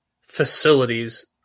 facilities